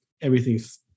everything's